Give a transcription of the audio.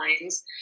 lines